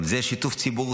גם זה שיתוף ציבור,